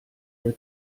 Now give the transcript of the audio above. wir